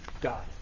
God